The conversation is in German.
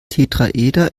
tetraeder